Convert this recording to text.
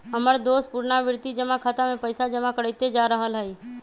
हमर दोस पुरनावृति जमा खता में पइसा जमा करइते जा रहल हइ